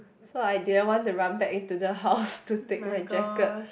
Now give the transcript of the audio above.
so I didn't want to run back into the house to take my jacket